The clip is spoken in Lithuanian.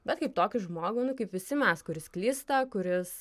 bet kaip tokį žmogų nu kaip visi mes kuris klysta kuris